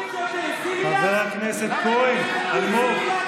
חבר הכנסת כהן אלמוג.